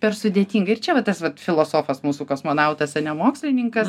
per sudėtinga ir čia va tas vat filosofas mūsų kosmonautas ane mokslininkas